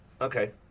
okay